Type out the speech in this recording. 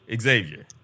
Xavier